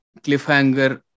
cliffhanger